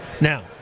Now